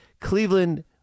Cleveland